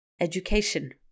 education